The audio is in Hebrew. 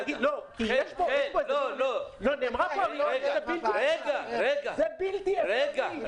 לא, נאמרה פה המילה --- זה בלתי אפשרי.